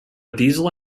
diesel